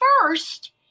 first